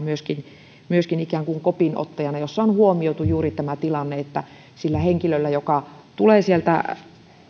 myöskin myöskin ikään kuin kopin ottajana ja jossa on huomioitu juuri tämä tilanne että sillä henkilöllä joka tulee sieltä